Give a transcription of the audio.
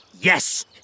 Yes